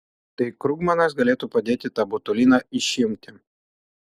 tai krugmanas galėtų padėti tą botuliną išimti